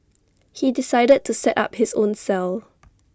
he decided to set up his own cell